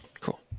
Cool